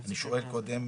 אני שואל קודם